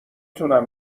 تونم